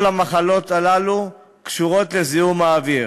כל המחלות הללו קשורות לזיהום האוויר.